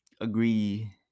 agree